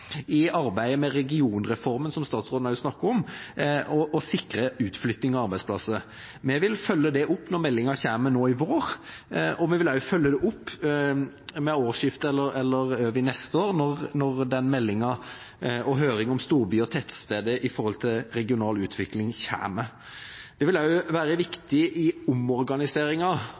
i arbeidet med regionreformen, som statsråden også snakket om, å sikre utflytting av arbeidsplasser. Vi vil følge det opp når meldingen kommer nå i vår, og vi vil også følge det opp ved årsskiftet, eller over i neste år, når meldingen – og høringen – om storbyer og tettsteder i forhold til regional utvikling kommer. Dette vil også være viktig i